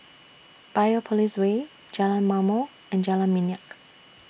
Biopolis Way Jalan Ma'mor and Jalan Minyak